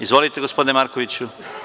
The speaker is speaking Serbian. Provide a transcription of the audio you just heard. Izvolite gospodine Markoviću.